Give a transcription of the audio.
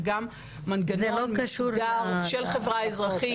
וגם מנגנון מסודר של חברה אזרחית.